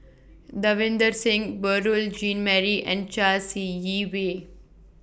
Davinder Singh Beurel Jean Marie and Chai See Yee Wei